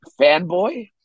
fanboy